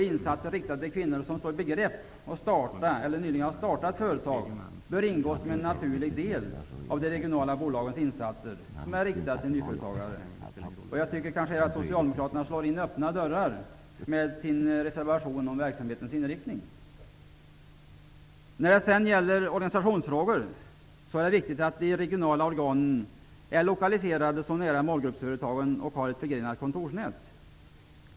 Insatser riktade till kvinnor som står i begrepp att starta, eller nyligen har startat, företag bör ingå som en naturlig del av de regionala bolagens insatser som är riktade till nyföretagare. Jag tycker att Socialdemokraterna på det här området slår in öppna dörrar med sin reservation om verksamhetens inriktning. Det är viktigt att de regionala organen är lokaliserade nära målgruppsföretagen och har ett förgrenat kontorsnät.